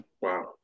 Wow